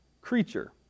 creature